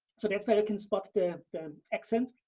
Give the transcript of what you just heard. so that's why i can spot the accent.